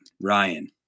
Ryan